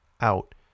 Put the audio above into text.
out